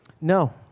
No